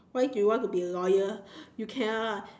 why do you want to be lawyer you cannot